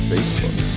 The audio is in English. Facebook